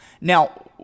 now